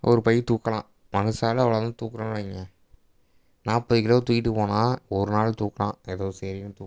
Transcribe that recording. ஒரு பை தூக்கலாம் மனுசாளும் அவ்வளோ தான் தூக்கிறோன்னு வைங்கள் நாற்பது கிலோ தூக்கிகிட்டு போனால் ஒரு நாள் தூக்கலாம் ஏதோ சரின்னு தூக்கலாம்